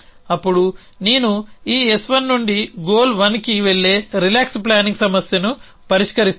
అప్పుడు నేను ఈ S1 నుండి గోల్ 1 కి వెళ్లే రిలాక్స్ ప్లానింగ్ సమస్యను పరిష్కరిస్తాను